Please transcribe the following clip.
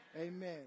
Amen